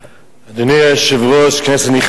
אדוני היושב-ראש, כנסת נכבדה,